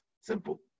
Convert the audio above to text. Simple